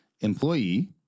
employee